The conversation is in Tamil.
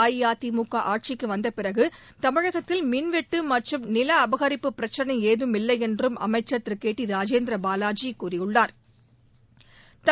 அஇஅதிமுக ஆட்சிக்கு வந்தப் பிறகு தமிழகத்தில் மின்வெட்டு மற்றும் நில அபகரிப்பு பிரச்சினை ஏதும் இல்லை என்றும் அமைச்சா் திரு ராஜேந்திர பாலாஜி கூறியுள்ளாா்